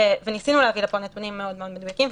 וניסינו להביא לפה נתונים מאוד מאוד מדויקים,